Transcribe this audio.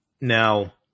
now